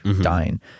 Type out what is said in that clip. dying